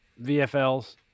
VFLs